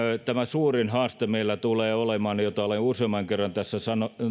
tämä suurin haaste meillä tulee olemaan mitä olen useamman kerran tässä